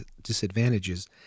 disadvantages